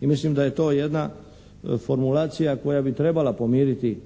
mislim da je to jedna formulacija koja bi trebala pomiriti